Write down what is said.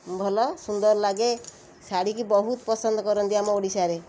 ଭଲ ସୁନ୍ଦର ଲାଗେ ଶାଢ଼ୀକୁ ବହୁତ ପସନ୍ଦ କରନ୍ତି ଆମ ଓଡ଼ିଶାରେ